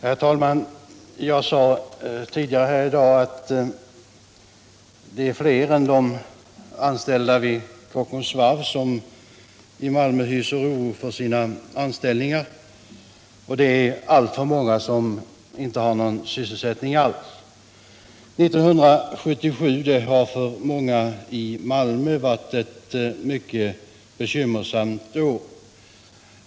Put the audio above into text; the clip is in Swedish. Herr talman! Jag sade tidigare i dag att det är fler än de anställda vid Kockums varv som hyser oro för sina anställningar, och alltför många har ingen sysselsättning alls. 1977 har för många i Malmö varit ett mycket bekymmersamt år.